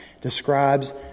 describes